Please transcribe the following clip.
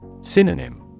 Synonym